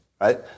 Right